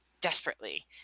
desperately